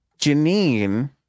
Janine